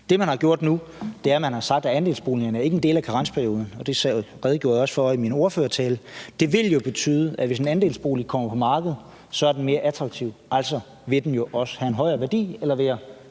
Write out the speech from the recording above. at man har sagt, at andelsboligerne ikke er en del af karensperioden – og det redegjorde jeg også for i min ordførertale. Det vil jo betyde, at hvis en andelsbolig kommer på markedet, er den mere attraktiv, og så vil den jo også have en højere værdi eller være